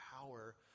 power